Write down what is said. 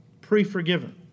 pre-forgiven